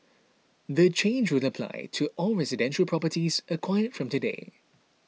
the change will apply to all residential properties acquired from today